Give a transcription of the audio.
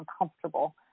uncomfortable